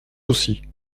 aussi